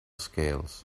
scales